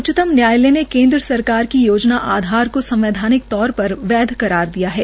उच्चतम न्यायालय ने आज केन्द्र सरकार की योजना आधार जो संवैधानिक वैद्य करार दिया है